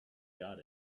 got